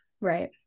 right